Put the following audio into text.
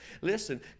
Listen